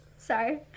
Sorry